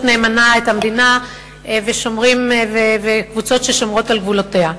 נאמנה את המדינה וקבוצות ששומרות על גבולותיה.